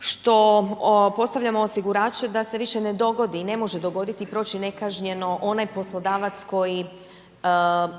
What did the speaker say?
što postavljamo osigurače da se više ne dogodi i ne može dogoditi i proći nekažnjeno onaj poslodavac koji